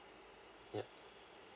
yup